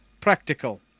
practical